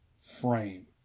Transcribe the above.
frame